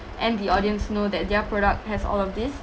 and the audience know that their product has all of this